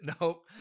nope